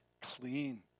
clean